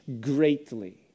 greatly